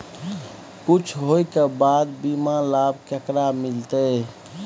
कुछ होय के बाद बीमा लाभ केकरा मिलते?